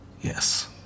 Yes